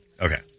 Okay